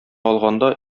алганда